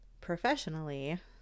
professionally